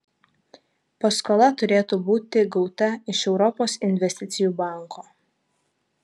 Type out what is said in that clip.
paskola turėtų būti gauta iš europos investicijų banko